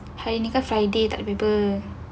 hari ini kan friday tak ada [pe]